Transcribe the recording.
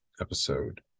episode